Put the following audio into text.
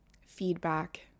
feedback